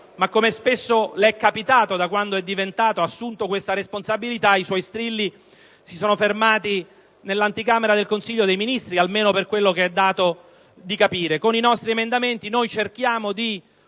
ma - come spesso le è capitato da quando ha assunto questa responsabilità - i suoi strilli si sono fermati nell'anticamera del Consiglio dei ministri, almeno per quello che è dato di capire. Con i nostri emendamenti, noi cerchiamo di